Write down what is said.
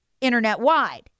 internet-wide